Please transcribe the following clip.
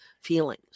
feelings